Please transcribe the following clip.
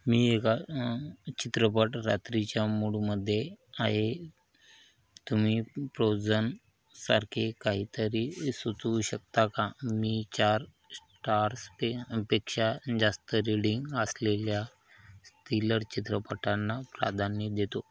मी एका चित्रपट रात्रीच्या मूडमध्ये आहे तुम्ही प्रोझनसारखे काहीतरी सुचवू शकता का मी चार स्टार्स पे पेक्षा जास्त रेडिंग असलेल्या थ्रिलर चित्रपटांना प्राधान्य देतो